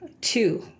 two